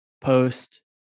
post